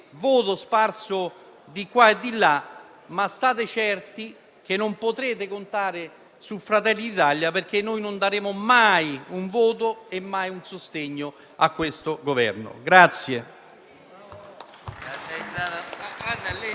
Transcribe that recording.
voto sparso qua e là, ma state certi che non potrete contare su Fratelli d'Italia perché noi non daremo mai un voto e il sostegno a questo Governo.